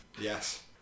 Yes